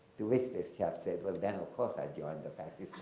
to which this child said, well then of course i'd join the fascist